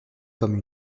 comme